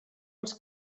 els